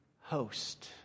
host